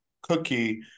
cookie